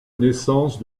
naissance